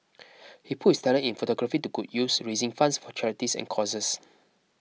he put his talent in photography to good use raising funds for charities and causes